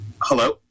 Hello